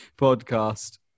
podcast